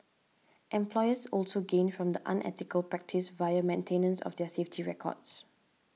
employers also gain from the unethical practice via maintenance of their safety records